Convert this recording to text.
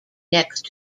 next